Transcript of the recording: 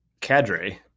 cadre